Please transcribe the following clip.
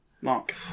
Mark